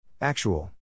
Actual